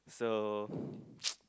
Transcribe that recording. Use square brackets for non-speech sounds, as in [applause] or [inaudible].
so [breath] [noise]